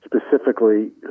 specifically